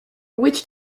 witch